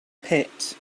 pit